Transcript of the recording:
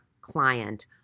client